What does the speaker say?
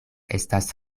estas